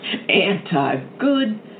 anti-good